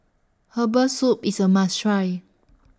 Herbal Soup IS A must Try